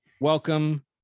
Welcome